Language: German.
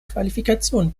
qualifikation